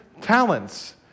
talents